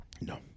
No